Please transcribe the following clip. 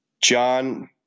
John